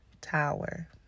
tower